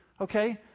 okay